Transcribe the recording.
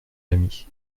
ami